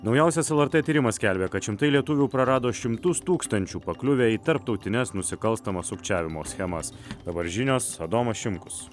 naujausias lrt tyrimas skelbia kad šimtai lietuvių prarado šimtus tūkstančių pakliuvę į tarptautines nusikalstamas sukčiavimo schemas dabar žinios adomas šimkus